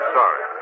sorry